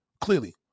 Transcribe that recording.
Clearly